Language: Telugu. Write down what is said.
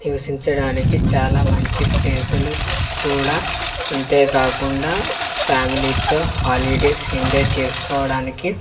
నివసించడానికి చాలా మంచిప్లేసులు కూడా అంతేకాకుండా ఫ్యామిలీతో హాలిడేస్ ఎంజాయ్ చేసుకోవడానికి